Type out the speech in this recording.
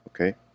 Okay